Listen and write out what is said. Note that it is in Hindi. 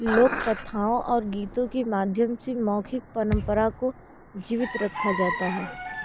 लोक कथाओं और गीतों के माध्यम से मौखिक परंपरा को जीवित रखा जाता है